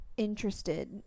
Interested